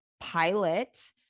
pilot